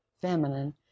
feminine